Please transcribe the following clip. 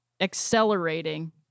accelerating